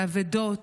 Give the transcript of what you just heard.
באבדות